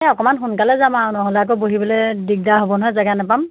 এ অকণমান সোনকালে যাম আৰু নহ'লে আকৌ বহিবলৈ দিগদাৰ হ'ব নহয় জেগা নাপাম